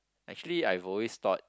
actually I've always thought